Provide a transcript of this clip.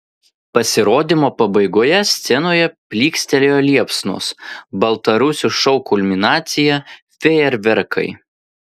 pasirodymo pabaigoje scenoje plykstelėjo liepsnos baltarusių šou kulminacija fejerverkai